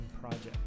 Project